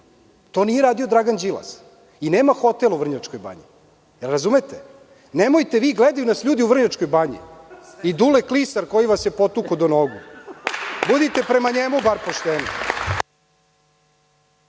To nije radio Dragan Đilas, i nema hotel u Vrnjačkoj banji. Da li razumete? Nemojte, gledaju nas ljudi u Vrnjačkoj banji i Dule Klisar koji vas je potukao do nogu. Budite prema njemu bar pošteni.